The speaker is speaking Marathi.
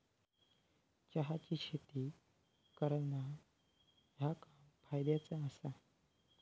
चहाची शेती करणा ह्या काम फायद्याचा आसा